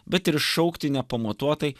bet ir šaukti nepamatuotai